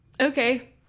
Okay